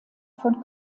von